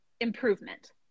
improvement